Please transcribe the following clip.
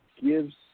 gives